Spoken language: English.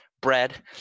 bread